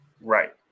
Right